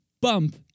Bump